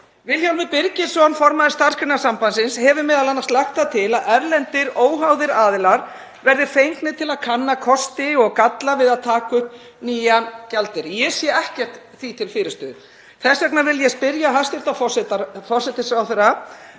Vilhjálmur Birgisson, formaður Starfsgreinasambandsins, hefur m.a. lagt það til að erlendir óháðir aðilar verði fengnir til að kanna kosti og galla við að taka upp nýjan gjaldeyri. Ég sé ekkert því til fyrirstöðu. Þess vegna vil ég spyrja hæstv. forsætisráðherra